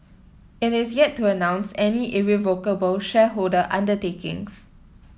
it is yet to announce any irrevocable shareholder undertakings